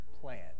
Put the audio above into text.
plan